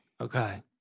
okay